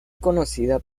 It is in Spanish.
conocida